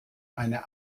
eine